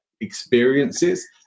experiences